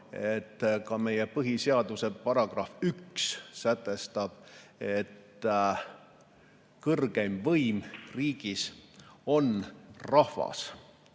et ka meie põhiseaduse § 1 sätestab, et kõrgeim võim riigis on rahvas.